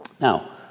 Now